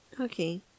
okay